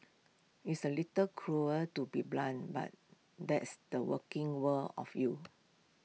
it's A little cruel to be blunt but that's the working world of you